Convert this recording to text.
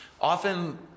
often